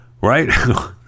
right